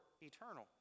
eternal